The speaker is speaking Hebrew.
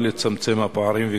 אבל לצמצם את הפערים,